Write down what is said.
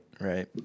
right